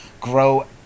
grow